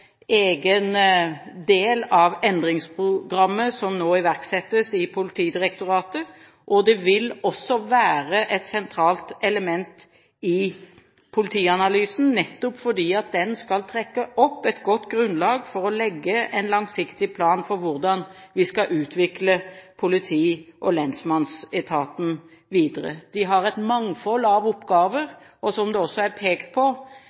egen del av endringsprogrammet som nå iverksettes i Politidirektoratet, og det vil også være et sentralt element i politianalysen, nettopp fordi den skal trekke opp et godt grunnlag for å legge en langsiktig plan for hvordan vi skal utvikle politi- og lensmannsetaten videre. De har et mangfold av oppgaver, som kan være teknisk kompliserte og utfordrende, som det også er pekt på.